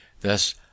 Thus